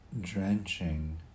drenching